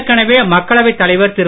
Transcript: ஏற்கனவே மக்களவை தலைவர் திரு